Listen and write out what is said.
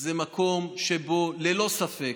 זה מקום שבו ללא ספק,